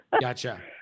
Gotcha